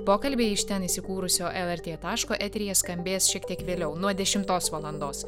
pokalbiai iš ten įsikūrusio lrt taško eteryje skambės šiek tiek vėliau nuo dešimtos valandos